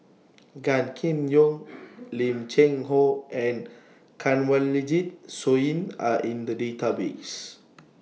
Gan Kim Yong Lim Cheng Hoe and Kanwaljit Soin Are in The Database